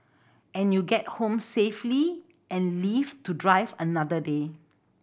and you get home safely and live to drive another day